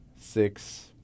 six